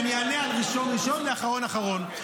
אני אענה על ראשון ראשון, ואחרון, אחרון.